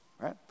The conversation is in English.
Right